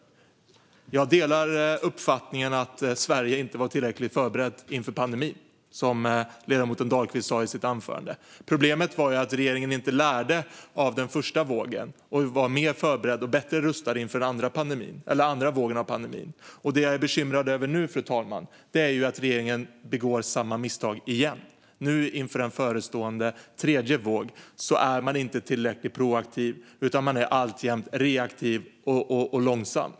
Jag delar uppfattningen att Sverige inte var tillräckligt förberett inför pandemin, som ledamoten Dahlqvist sa i sitt anförande. Problemet är att regeringen inte lärde av den första vågen av pandemin och inte var mer förberedd och bättre rustad inför den andra vågen. Och det jag är bekymrad över nu, fru talman, är att regeringen begår samma misstag igen. Nu inför en förestående tredje våg är man inte tillräckligt proaktiv, utan man är alltjämt reaktiv och långsam.